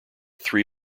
three